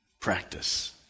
practice